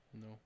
No